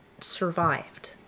survived